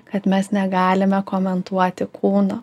kad mes negalime komentuoti kūno